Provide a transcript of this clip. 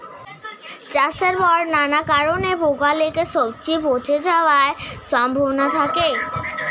চাষের পর নানা কারণে পোকা লেগে সবজি পচে যাওয়ার সম্ভাবনা থাকে